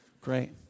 Great